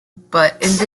but